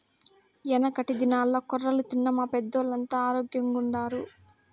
యెనకటి దినాల్ల కొర్రలు తిన్న మా పెద్దోల్లంతా ఆరోగ్గెంగుండారు